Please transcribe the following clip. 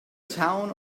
town